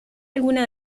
algunas